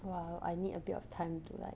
!wah! I need a bit of time to like